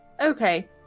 okay